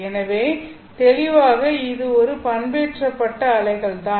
எனவே தெளிவாக இது ஒரு பண்பேற்றப்பட்ட அலைகள் தான்